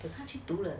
给他去读了